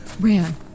ran